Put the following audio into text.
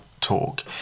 talk